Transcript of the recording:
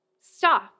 stop